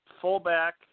fullback